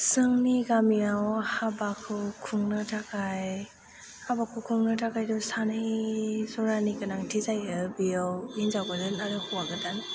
जोंनि गामियाव हाबाखौ खुंनो थाखाय हाबाखौ खुंनो थाखाय सानैनि जरानि गोनांथि जायो बेयाव हिनजाव गोदान आरो हौवा गोदान